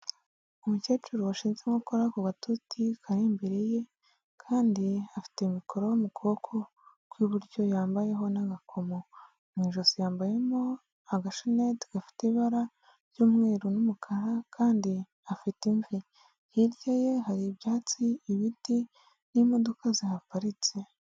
Umukecuru washinze inkokora ku gatoti kari imbere ye, kandi afite mikoro yo mu kuboko kw'iburyo yambayeho n'agakomo, mu ijosi yambayemo agashaneti gafite ibara ry'umweru n'umukara, kandi afite imvi, hirya ye hari ibyatsi, ibiti n'imodoka zihaparitse.